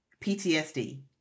PTSD